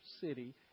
city